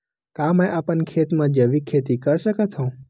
का मैं अपन खेत म जैविक खेती कर सकत हंव?